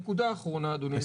נקודה אחרונה אדוני,